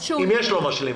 אם יש לו משלים.